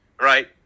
right